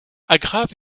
aggravent